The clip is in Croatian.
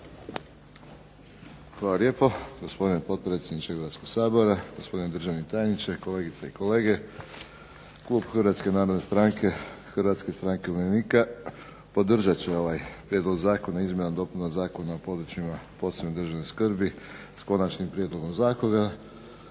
Hvala lijepo gospodine potpredsjedniče Hrvatskog sabora, gospodine državni tajniče, kolegice i kolege. Klub Hrvatske narodne stranke i Hrvatske stranke umirovljenika podržat će ovaj Prijedlog zakona o izmjenama i dopunama Zakona o područjima posebne državne skrbi s konačnim prijedlogom zakona.